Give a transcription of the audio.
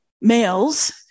males